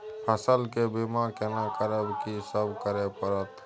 फसल के बीमा केना करब, की सब करय परत?